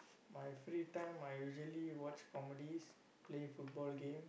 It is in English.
my free time I usually watch comedies play football game